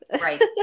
Right